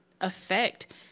affect